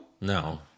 no